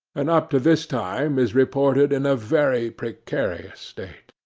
and up to this time is reported in a very precarious state.